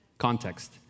Context